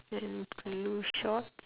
and blue shorts